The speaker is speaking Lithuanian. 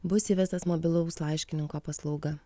bus įvestas mobilaus laiškininko paslauga